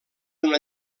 una